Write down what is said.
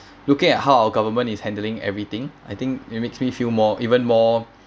looking at how our government is handling everything I think it makes me feel more even more